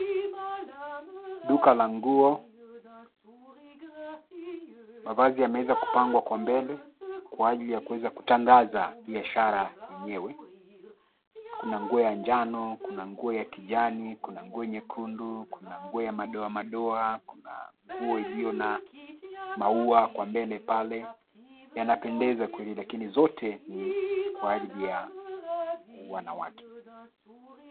Duka la nguo, mavazi yameweza kupangwa kwa mbele kwa ajili ya kutangaza bishara yenyewe. Kuna nguo ya njano, kuna nguo ya kijani, kuna nguo nyekundu, kuna nguo ya madoa madoa, kuna nguo iliyo na maua kwa mbele pale yanapendeza kweli lakini zote ni kwajili ya wanawake.